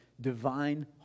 divine